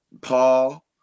Paul